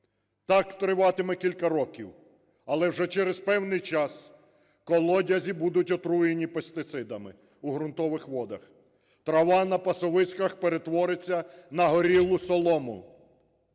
Так триватиме кілька років, але вже через певний час колодязі будуть отруєні пестицидами, у ґрунтових водах. Трава на пасовиськах перетвориться на горілу солому.